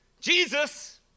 Jesus